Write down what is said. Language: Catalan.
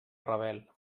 rebel